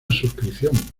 suscripción